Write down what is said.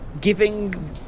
giving